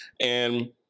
And-